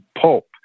pulp